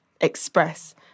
express